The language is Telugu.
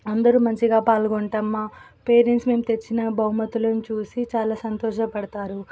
అందరూ మంచిగా పాల్గొంటాం మా పేరెంట్స్ మేము తెచ్చిన బహుమతుల్ని చూసి చాలా సంతోషపడతారు